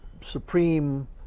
supreme